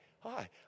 Hi